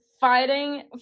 fighting